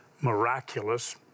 miraculous